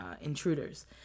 intruders